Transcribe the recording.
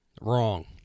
Wrong